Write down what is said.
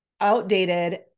outdated